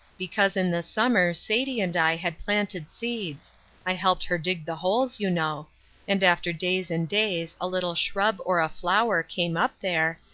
because in the summer sadie and i had planted seeds i helped her dig the holes, you know and after days and days a little shrub or a flower came up there,